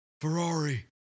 Ferrari